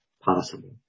possible